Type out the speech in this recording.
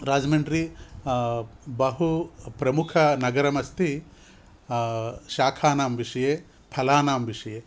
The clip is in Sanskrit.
राजमण्ड्री बहुप्रमुखनगरमस्ति शाकानां विषये फलानां विषये